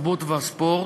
התרבות והספורט,